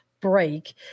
break